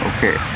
Okay